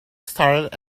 started